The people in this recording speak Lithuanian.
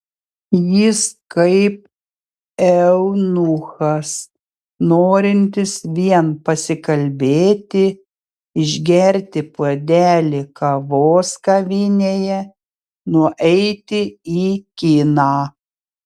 jis kaip eunuchas norintis vien pasikalbėti išgerti puodelį kavos kavinėje nueiti į kiną